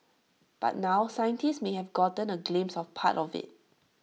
but now scientists may have gotten A glimpse of part of IT